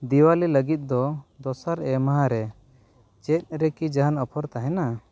ᱫᱤᱣᱟᱞᱤ ᱞᱟᱹᱜᱤᱫ ᱫᱚ ᱫᱚᱥᱟᱨ ᱮᱢᱦᱟ ᱨᱮ ᱪᱮᱫ ᱨᱮᱠᱤ ᱡᱟᱦᱟᱱ ᱚᱯᱷᱟᱨ ᱛᱟᱦᱮᱱᱟ